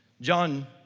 John